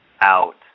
out